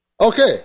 Okay